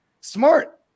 Smart